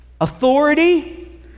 authority